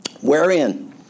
Wherein